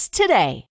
today